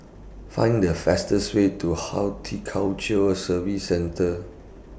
Find The fastest Way to Horticulture Services Centre